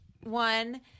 one